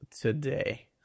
today